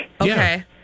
Okay